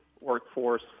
workforce